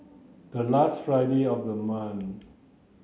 the last Friday of the month